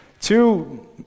Two